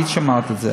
היית שומעת את זה.